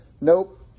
nope